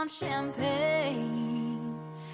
champagne